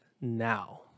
now